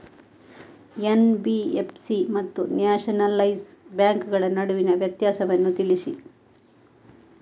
NBFC ಮತ್ತು nationalise ಬ್ಯಾಂಕುಗಳ ನಡುವಿನ ವ್ಯತ್ಯಾಸವನ್ನು ತಿಳಿಸಿ?